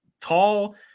tall